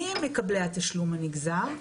מי הם מקבלי התשלום הנגזר?